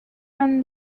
from